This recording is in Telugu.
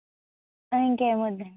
ఇంకేం వద్దండి